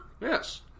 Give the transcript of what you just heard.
Yes